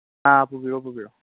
ꯑꯥ ꯄꯨꯕꯤꯔꯛꯑꯣ ꯄꯨꯕꯤꯔꯛꯑꯣ